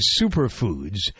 superfoods